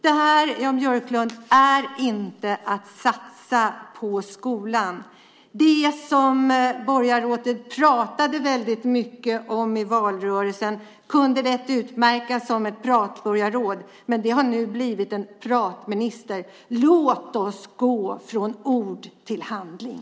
Detta, Jan Björklund, är inte att satsa på skolan. Det tidigare borgarrådet pratade väldigt mycket i valrörelsen och utmärkte sig som ett pratborgarråd. Han har nu blivit en pratminister. Låt oss gå från ord till handling.